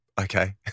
okay